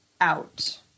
out